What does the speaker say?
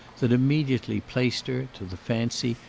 that immediately placed her, to the fancy,